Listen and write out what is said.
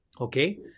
Okay